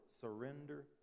Surrender